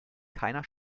keiner